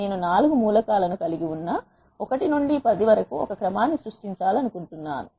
నేను 4 మూలకాలను కలిగి ఉన్న 1 నుండి 10 వరకు ఒక క్రమాన్ని సృష్టించాలనుకుంటున్నాను